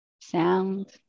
sound